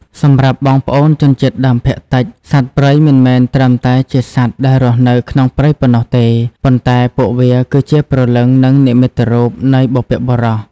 សម្រាប់បងប្អូនជនជាតិដើមភាគតិច សត្វព្រៃមិនមែនត្រឹមតែជាសត្វដែលរស់នៅក្នុងព្រៃប៉ុណ្ណោះទេ ប៉ុន្តែពួកវាគឺជា "ព្រលឹង" និង "និមិត្តរូប" នៃបុព្វបុរស។